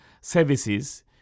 services